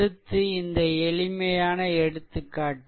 அடுத்து இந்த எளிமையான எடுத்துக்காட்டு